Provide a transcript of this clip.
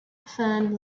fern